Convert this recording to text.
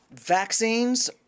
Vaccines